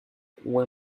were